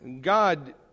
god